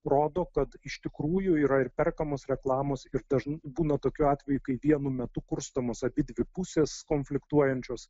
rodo kad iš tikrųjų yra ir perkamos reklamos ir dažnai būna tokiu atveju kai vienu metu kurstomus abidvi pusės konfliktuojančios